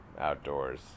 outdoors